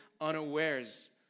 unawares